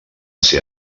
ser